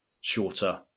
shorter